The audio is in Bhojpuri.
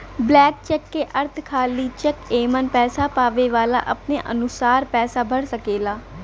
ब्लैंक चेक क अर्थ खाली चेक एमन पैसा पावे वाला अपने अनुसार पैसा भर सकेला